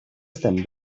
estem